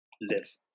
live